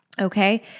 okay